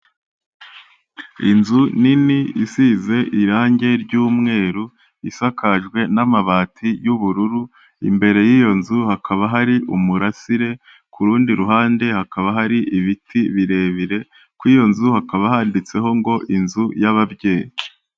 Inzu nini isize irangi ry'umweru isakajwe n'amabati y'ubururu, imbere y'iyo nzu hakaba hari umurasire, ku rundi ruhande hakaba hari ibiti birebire kuri iyo nzu hakaba handitseho ngo "inzu y'ababyeyi".